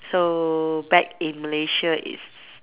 so back in Malaysia it's